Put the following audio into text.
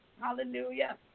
Hallelujah